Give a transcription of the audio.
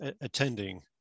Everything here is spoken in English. attending